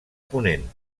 ponent